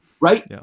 right